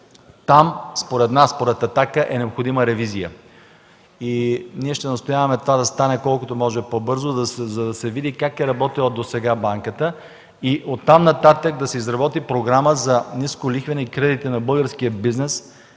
Там според нас, според „Атака” е необходима ревизия. Ние ще настояваме това да стане колкото се може по-бързо, за да се види как е работила досега банката и оттам нататък да се изработи програма за нисколихвени кредити на българския бизнес